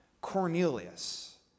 Cornelius